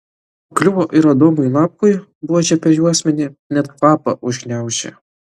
kliuvo ir adomui lapkui buože per juosmenį net kvapą užgniaužė